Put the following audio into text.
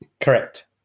Correct